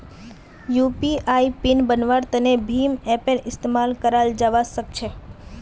UPI PIN बन्वार तने भीम ऐपेर इस्तेमाल कराल जावा सक्छे